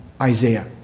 Isaiah